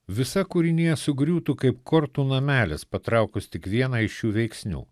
visa kūrinija sugriūtų kaip kortų namelis patraukus tik vieną iš šių veiksnių